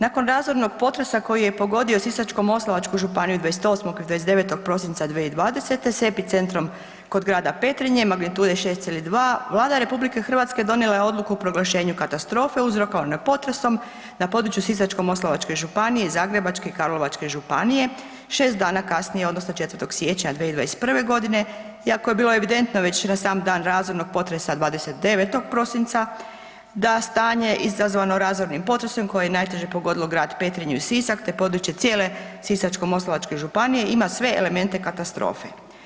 Nakon razornog potresa koji je pogodio Sisačko-moslavačku županiju 28. i 29. prosinca 2020. sa epicentrom kod grada Petrinje magnitude 6,2, Vlada RH donijela je odluku o proglašenju katastrofe uzrokovane potresom na području Sisačko-moslavačke županije, Zagrebačke, Karlovačke županije, 6 dana kasnije odnosno 4. siječnja 2021. g. iako je bilo evidentno već na sam dan razornog potresa 29. prosinca da stanje izazvano razornim potresom koje je najteže pogodilo grad Petrinju i Sisak te područje cijele Sisačko-moslavačke županije ima sve elemente katastrofe.